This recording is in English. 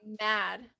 mad